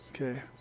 Okay